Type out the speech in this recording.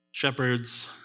Shepherds